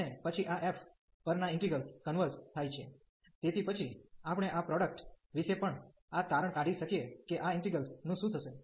અને પછી આ f પરના ઈન્ટિગ્રલ કન્વર્ઝ થાય છે તેથી પછી આપણે આ પ્રોડક્ટ વિશે પણ આ તારણ કાઢી શકીએ કે આ ઈન્ટિગ્રલ નું શું થશે